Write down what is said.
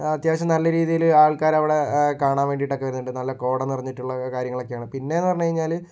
അത്യാവശ്യം നല്ല രീതിയിൽ ആൾകാർ അവിടെ കാണാൻ വേണ്ടിട്ടൊക്കെ വരുന്നുണ്ട് നല്ല കോട നിറഞ്ഞിട്ടൊക്കെ ഉള്ള കാര്യങ്ങൾ ഒക്കെയാണ് പിന്നെന്നു പറഞ്ഞുകഴിഞ്ഞാല്